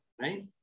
Right